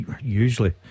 usually